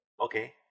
Okay